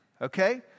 Okay